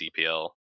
CPL